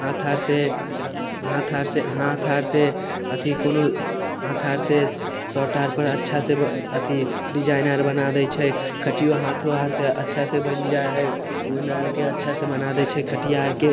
हाँथ आरसँ हाथ आरसँ हाथ आरसँ अथी कोनो हाथ आरसँ शर्ट आरपर अच्छासँ अथी डिजाइन आर बना दै छै खटियो हाथो आरसँ अच्छासँ बनि जाइ हइ बुनि आरके अच्छासँ बना दै छै खटिया आरके